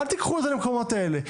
אל תיקחו את זה למקומות האלה.